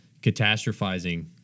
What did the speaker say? catastrophizing